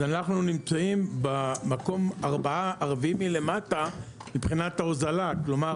אז אנחנו נמצאים במקום הרביעי מלמטה מבחינת ההוזלה כלומר